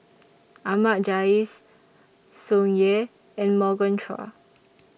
Ahmad Jais Tsung Yeh and Morgan Chua